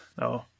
No